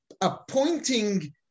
appointing